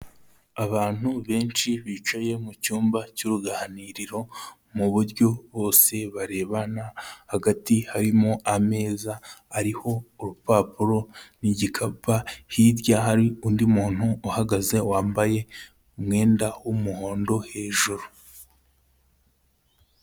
Abantu benshi bicaye mu cyumba cy'uruganiriro mu buryo bose barebana, hagati harimo ameza ariho urupapuro n'igikapa, hirya hari undi muntu uhagaze wambaye umwenda w'umuhondo hejuru.